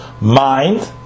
mind